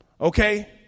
Okay